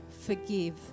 forgive